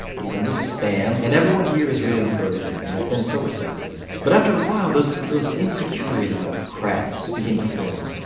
even the spam, and everyone here is really encouraging and has been so receptive. but after a while, those those insecurity cracks begin to form.